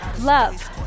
love